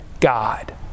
God